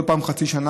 כל פעם חצי שנה,